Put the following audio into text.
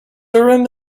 urim